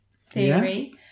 theory